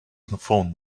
phone